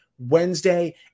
Wednesday